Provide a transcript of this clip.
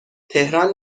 تهران